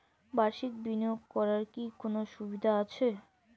বাষির্ক বিনিয়োগ করার কি কোনো সুবিধা আছে?